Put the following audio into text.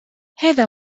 هذا